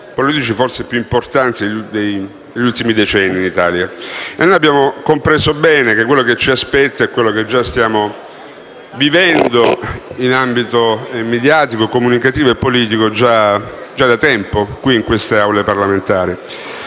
politici forse più importanti degli ultimi decenni in Italia. Abbiamo compreso bene che quello che ci aspetta è quanto stiamo vivendo in ambito mediatico, comunicativo e politico già da tempo nelle Aule parlamentari.